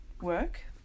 work